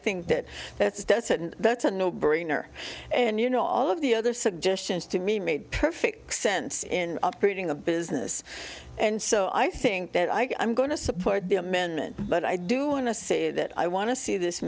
think that that's doesn't that's a no brainer and you know all of the other suggestions to me made perfect sense in operating the business and so i think that i'm going to support the amendment but i do want to say that i want to see this